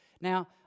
Now